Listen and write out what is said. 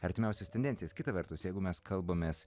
artimiausias tendencijas kita vertus jeigu mes kalbamės